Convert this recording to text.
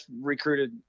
recruited